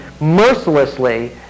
mercilessly